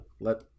let